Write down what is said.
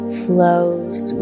flows